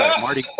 yeah marty.